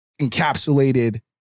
encapsulated